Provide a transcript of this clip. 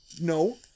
No